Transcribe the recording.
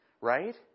right